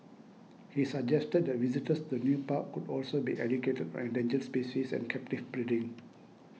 he suggested that visitors the new park could also be educated on endangered species and captive breeding